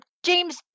James